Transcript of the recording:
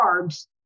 carbs